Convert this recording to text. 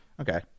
Okay